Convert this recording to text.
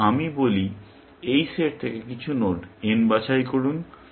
তারপর আমি বলি এই সেট থেকে কিছু নোড n বাছাই করুন